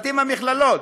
משפטים במכללות,